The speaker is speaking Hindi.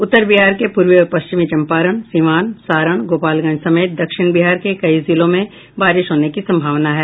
उत्तर बिहार के पूर्वी और पश्चिमी चंपारण सीवान सारण गोपालगंज समेत दक्षिण बिहार के कई जिलों में बारिश होने की संभावना है